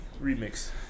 Remix